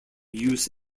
use